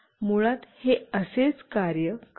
मुळात हे असेच कार्य करते